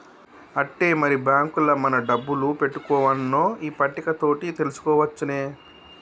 ఆట్టే మరి బాంకుల మన డబ్బులు పెట్టుకోవన్నో ఈ పట్టిక తోటి తెలుసుకోవచ్చునే